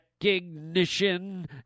ignition